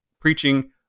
preaching